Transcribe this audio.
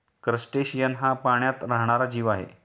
crustacean हा पाण्यात राहणारा जीव आहे